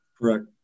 Correct